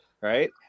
right